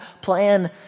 plan